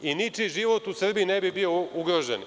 I ničiji život u Srbiji ne bi bio ugrožen.